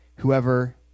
Whoever